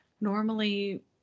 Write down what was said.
normally